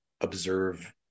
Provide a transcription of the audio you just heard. observe